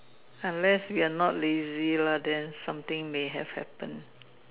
unless we are not lazy lah then something may have happened